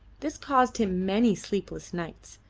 this caused him many sleepless nights,